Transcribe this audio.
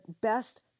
best